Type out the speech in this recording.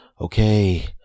okay